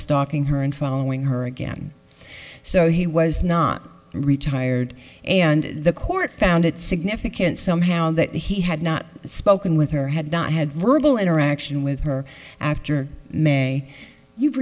stalking her and following her again so he was not retired and the court found it significant somehow that he had not spoken with her had not had verbal interaction with her after may you've